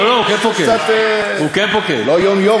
נא להקשיב